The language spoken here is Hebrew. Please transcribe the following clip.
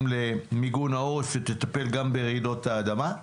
למיגון העורף שתטפל גם ברעידות האדמה.